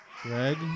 Greg